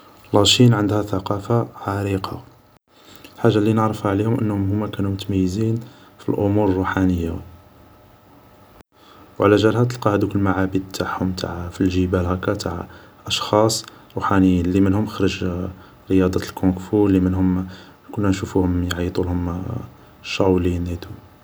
لاشين عندها ثقافة عريقة حاجة اللي نعرفها عليهم هم انو هوما كانو متميزين في الأمور الروحانية و علاجالها تلقا هادوك المعابد تاعهم في الجبال تاع اشخاص روحانيين لي منهم خرج رياضة الكونغ فو لي منهم كنا نشوفوهم يعيطولهم الشاولين أي تو